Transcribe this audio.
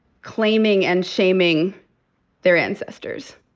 claiming and shaming their ancestors.